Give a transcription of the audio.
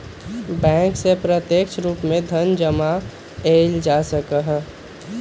bank से प्रत्यक्ष रूप से धन जमा एइल जा सकलई ह